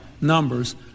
numbers